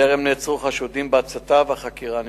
טרם נעצרו חשודים בהצתה והחקירה נמשכת.